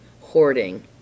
hoarding